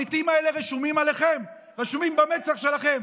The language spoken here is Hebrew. המתים האלה רשומים עליכם, רשומים על המצח שלכם.